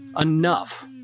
enough